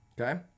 okay